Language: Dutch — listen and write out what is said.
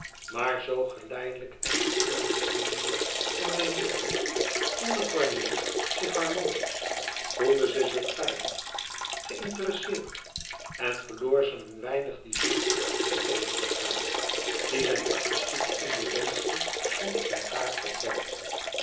maar zoo geleidelijk en natuurlijk vloeiende van zijne lippen voelde cornélie zich harmonisch voelde ze zich veilig geinteresseerd en verloor ze een weinig die zucht e ids aargang tot tegenspraak die zijn artistieke indolentie soms bij haar opwekte